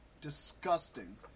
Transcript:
Disgusting